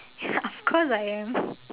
of course I am